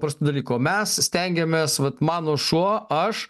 paprastų dalykų o mes stengiamės vat mano šuo aš